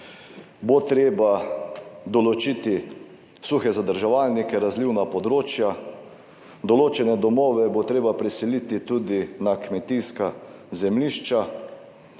bo treba določiti suhe zadrževalnike, razlivna področja, določene domove bo treba preseliti tudi na kmetijska zemljišča,